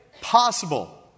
possible